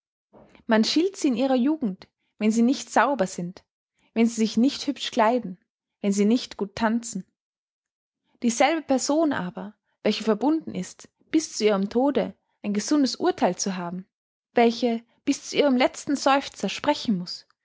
man schilt sie in ihrer jugend wenn sie nicht sauber sind wenn sie sich nicht hübsch kleiden wenn sie nicht gut tanzen dieselbe person aber welche verbunden ist bis zu ihrem tode ein gesundes urtheil zu haben welche bis zu ihrem letzten seufzer sprechen muß